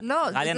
אנחנו